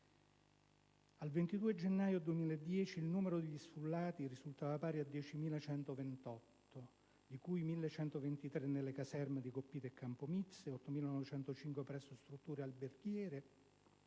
Al 22 gennaio 2010 il numero degli sfollati risultava pari a 10.128, di cui 1.123 nelle caserme di Coppito e Campomizzi, 8.905 presso strutture alberghiere;